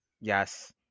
Yes